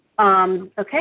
okay